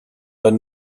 but